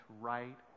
right